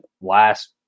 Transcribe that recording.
last